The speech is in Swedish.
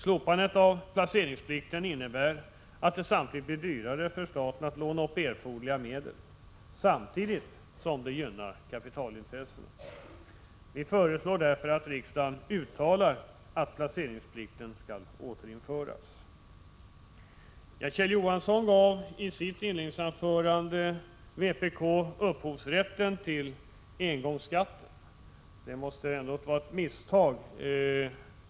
Slopandet av placeringsplikten innebär att det blir dyrare för staten att låna upp erforderliga medel samtidigt som det gynnar kapitalintressena. Vi föreslår att riksdagen uttalar att placeringsplikten skall återinföras. Kjell Johansson gav i sitt inledningsanförande vpk upphovsrätten till engångsskatten. Det måste vara ett misstag.